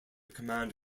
command